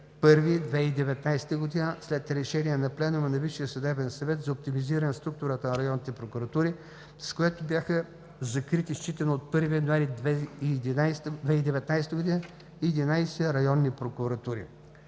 януари 2019 г., след решение на Пленума на Висшия съдебен съвет за оптимизиране на структурата на районните прокуратури, с което бяха закрити, считано от 1 януари 2019 г., 11 районни прокуратури.